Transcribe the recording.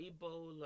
Ebola